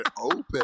open